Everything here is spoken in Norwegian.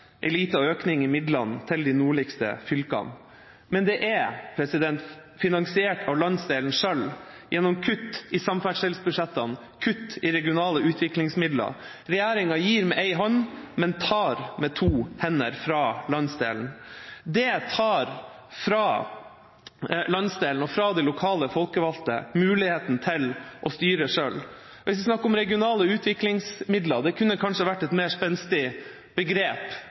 liten økning i midlene til de nordligste fylkene, men det er finansiert av landsdelen selv gjennom kutt i samferdselsbudsjettene og kutt i regionale utviklingsmidler. Regjeringa gir med én hånd, men tar med to hender fra landsdelen. Det tar fra landsdelen og de lokale folkevalgte muligheten til å styre selv. Og hvis vi snakker om regionale utviklingsmidler – det kunne kanskje vært et mer spenstig begrep